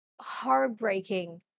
heartbreaking